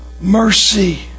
mercy